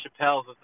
Chappelle's